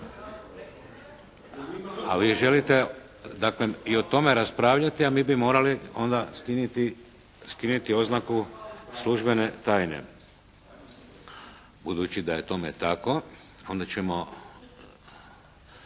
A vi želite dakle i o tome raspravljati, a mi bi morali onda skinuti oznaku: "službene tajne". Budući da je tome tako onda ćemo